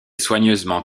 soigneusement